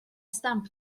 stamp